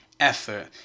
effort